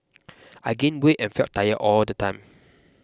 I gained weight and felt tired all the time